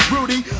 Rudy